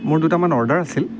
মোৰ দুটামান অৰ্ডাৰ আছিল